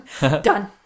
Done